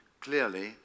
clearly